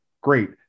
great